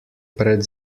pred